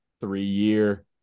three-year